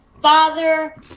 Father